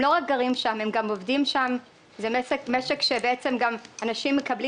אני מאמין שעד שבוע הבא נקבל